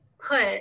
put